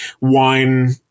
wine